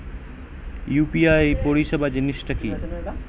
UPI পরিসেবা জিনিসটা কি?